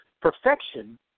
Perfection